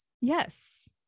Yes